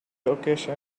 occasion